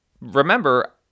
remember